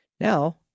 Now